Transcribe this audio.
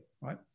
right